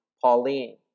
Pauline